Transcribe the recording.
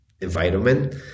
Environment